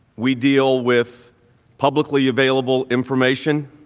we deal with publicly available information.